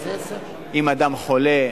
אם אדם חולה,